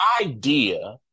idea